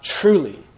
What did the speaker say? truly